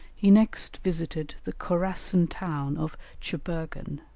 he next visited the khorassan town of cheburgan,